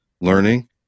learning